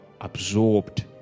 absorbed